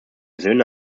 söhne